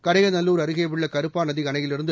கடையநல்லூர் அருகேயுள்ள கருப்பாநதி அணையிலிருந்து